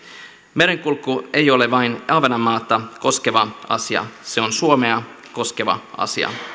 merenkulku ei ole vain ahvenanmaata koskeva asia vaan se on suomea koskeva asia